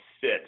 sit